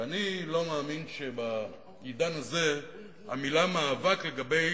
כי אני לא מאמין שבעידן הזה המלה "מאבק" לגבי